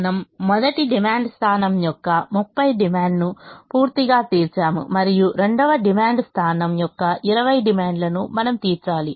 మనము మొదటి డిమాండ్ స్థానం యొక్క 30 డిమాండ్ను పూర్తిగా తీర్చాము మరియు రెండవ డిమాండ్ స్థానం యొక్క 20 డిమాండ్లను మనము తీర్చాలి